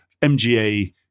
MGA